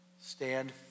stand